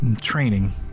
Training